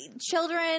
children